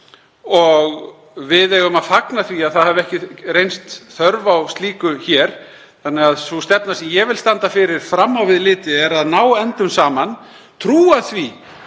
og við eigum að fagna því að ekki hafi reynst þörf á slíku hér. Sú stefna sem ég vil standa fyrir fram á við litið er að ná endum saman, trúa því